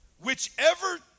whichever